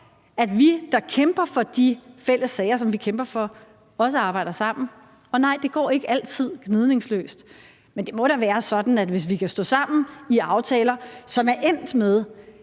at vi, der kæmper for de fælles sager, som vi kæmper for, også arbejder sammen. Og nej, det går ikke altid gnidningsløst. Men det må da være sådan, at hvis vi havde kunnet stå sammen i aftaler, som er endt med,